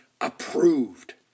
approved